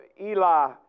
Eli